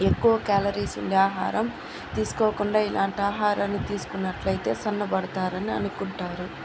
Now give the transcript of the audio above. ఎక్కువ క్యాలరీస్ ఉండే ఆహారం తీసుకోకుండా ఇలాంటి ఆహారాలు తీసుకున్నట్లయితే సన్నబడతారని అనుకుంటారు